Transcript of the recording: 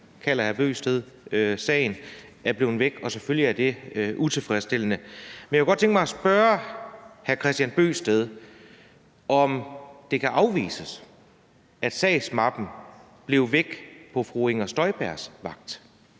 hr. Kristian Bøgsted sagen – er blevet væk, og selvfølgelig er det utilfredsstillende. Men jeg kunne godt tænke mig at spørge hr. Kristian Bøgsted, om det kan afvises, at sagsmappen blev væk på fru Inger Støjbergs vagt.